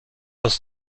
was